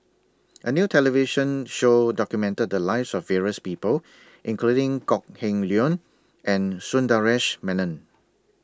A New television Show documented The Lives of various People including Kok Heng Leun and Sundaresh Menon